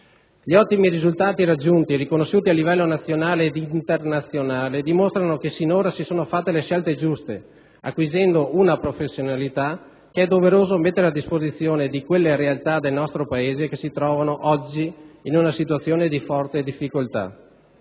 Gli ottimi risultati raggiunti, riconosciuti a livello nazionale ed internazionale, dimostrano che sinora si sono fatte le scelte giuste, acquisendo una professionalità che è doveroso mettere a disposizione di quelle realtà del nostro Paese che oggi si trovano in una situazione di forte difficoltà.